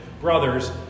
brothers